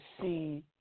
see